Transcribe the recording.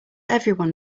everyone